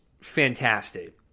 fantastic